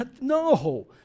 No